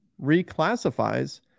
reclassifies